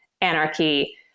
anarchy